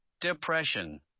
depression